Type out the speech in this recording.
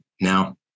now